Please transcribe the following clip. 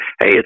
hey